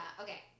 okay